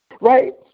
Right